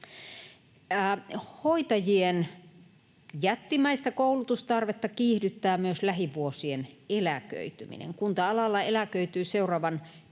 Hoitajien jättimäistä koulutustarvetta kiihdyttää myös lähivuosien eläköityminen. Kunta-alalla eläköityy seuraavan